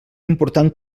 important